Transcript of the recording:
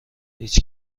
هیچ